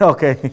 Okay